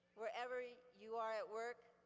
wherever you are at work,